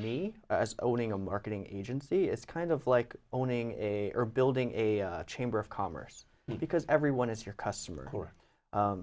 me as owning a marketing agency is kind of like owning a or building a chamber of commerce because everyone is your customer or